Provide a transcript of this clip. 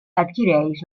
adquireix